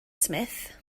smith